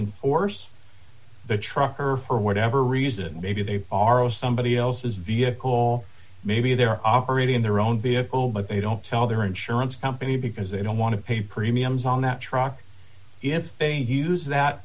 in force the trucker for whatever reason maybe they are o somebody else's vehicle maybe they're operating their own vehicle but they don't tell their insurance company because they don't want to pay premiums on that truck if they use that